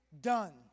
done